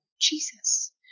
Jesus